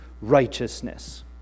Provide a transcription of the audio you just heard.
righteousness